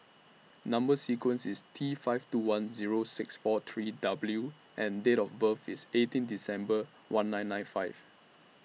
Number sequence IS T five two one Zero six four three W and Date of birth IS eighteen December one nine nine five